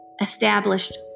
established